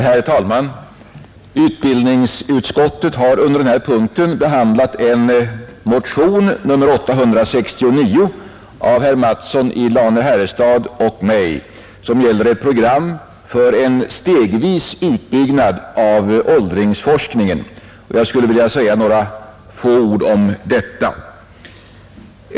Herr talman! Utbildningsutskottet har under den här punkten behandlat en motion, nr 869 av herr Mattsson i Lane-Herrestad och mig, som gäller ett program för en stegvis utbyggnad av åldringsforskningen, och jag skulle vilja säga några ord härom.